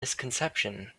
misconception